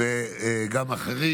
וגם אחרים,